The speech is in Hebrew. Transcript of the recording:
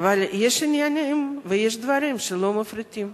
אבל יש עניינים ויש דברים שלא מפריטים.